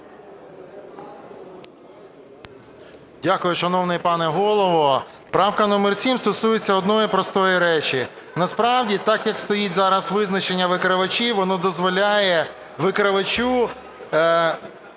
Дякую, шановний пане Голово. Правка номер 7 стосується однієї простої речі. Насправді так, як стоїть зараз визначення "викривачі", воно дозволяє викривачу